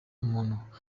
umuntu